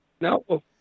No